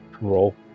roll